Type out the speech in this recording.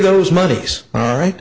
those monies all right